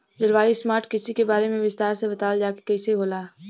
जलवायु स्मार्ट कृषि के बारे में विस्तार से बतावल जाकि कइसे होला?